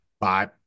Bye